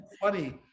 funny